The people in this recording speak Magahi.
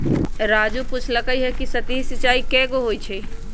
राजू पूछलकई कि सतही सिंचाई कैगो होई छई